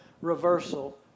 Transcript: reversal